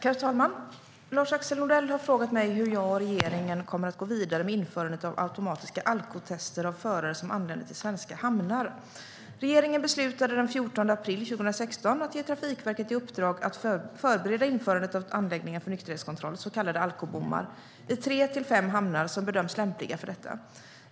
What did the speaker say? Herr talman! Lars-Axel Nordell har frågat mig hur jag och regeringen kommer att gå vidare med införandet av automatiska alkotester av förare som anländer till svenska hamnar. Regeringen beslutade den 14 april 2016 att ge Trafikverket i uppdrag att förbereda införandet av anläggningar för nykterhetskontroll, så kallade alkobommar, i tre till fem hamnar som bedöms lämpliga för detta.